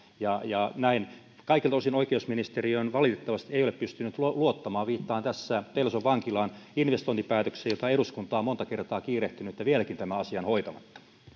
ja ja näin kaikilta osin oikeusministeriöön valitettavasti ei ole pystynyt luottamaan viittaan tässä pelson vankilan investointipäätökseen jota eduskunta on monta kertaa kiirehtinyt ja vieläkin tämä asia on hoitamatta